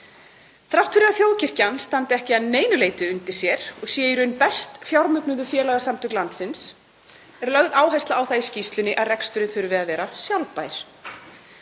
Þrátt fyrir að þjóðkirkjan standa ekki að neinu leyti undir sér og sé í raun best fjármögnuðu félagasamtök landsins er lögð áhersla á það í skýrslunni að reksturinn þurfi að vera sjálfbær.